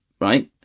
right